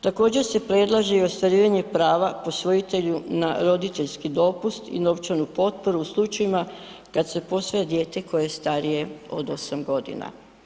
Također se predlaže i ostvarivanje prava posvojitelju na roditeljski dopust i novčanu potporu u slučajevima kad se posvaja dijete koje je starije od 8 godina.